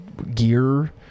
gear